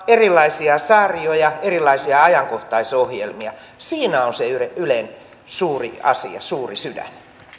erilaisia sarjoja erilaisia ajankohtaisohjelmia siinä on se ylen suuri asia suuri sydän